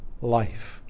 life